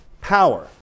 power